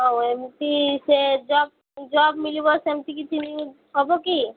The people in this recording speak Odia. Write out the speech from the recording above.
ଆଉ ଏମିତି ସେ ଜବ ଜବ ମିଳିବ ସେମିତି କିଛି ହବ କି